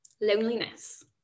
Loneliness